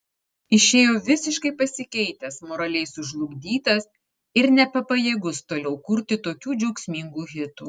išėjo visiškai pasikeitęs moraliai sužlugdytas ir nebepajėgus toliau kurti tokių džiaugsmingų hitų